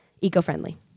eco-friendly